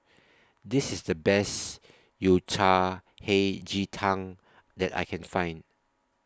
This IS The Best Yao Cai Hei Ji Tang that I Can Find